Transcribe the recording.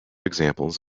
examples